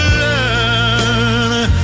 learn